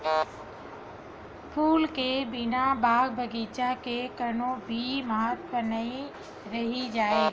फूल के बिना बाग बगीचा के कोनो भी महत्ता नइ रहि जाए